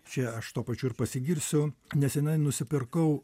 čia aš tuo pačiu ir pasigirsiu nesenai nusipirkau